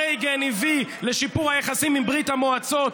רייגן הביא לשיפור היחסים עם ברית המועצות,